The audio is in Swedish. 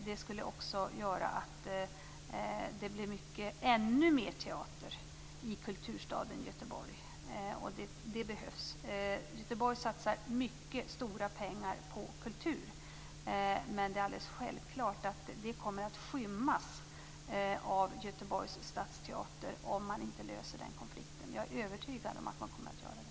Det skulle också göra att det blev ännu mer teater i kulturstaden Göteborg. Det behövs. Göteborg satsar mycket stora pengar på kultur, men det är alldeles självklart att det kommer att skymmas av Göteborgs Stadsteater, om den konflikten inte löses. Jag är dock övertygad om att man kommer att lösa den.